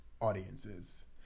Audiences